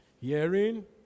hearing